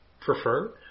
prefer